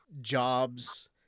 jobs